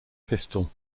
pistol